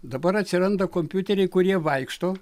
dabar atsiranda kompiuteriai kurie vaikšto